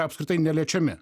apskritai neliečiami